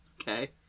Okay